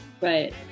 right